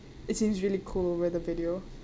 it seems really cool in the video